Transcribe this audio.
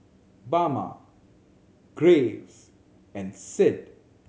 Bama Graves and Sid